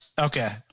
Okay